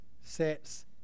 sets